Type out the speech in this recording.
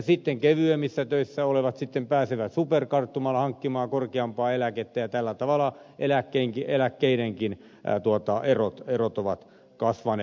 sitten kevyemmissä töissä olevat pääsevät superkarttumalla hankkimaan korkeampaa eläkettä ja tällä tavalla eläkkeidenkin erot ovat kasvaneet